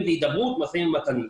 בין באמצעות הידברות ומשאים ומתנים.